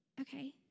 okay